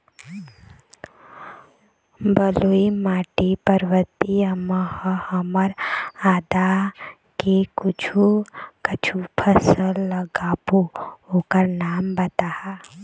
बलुई माटी पर्वतीय म ह हमन आदा के कुछू कछु फसल लगाबो ओकर नाम बताहा?